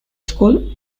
school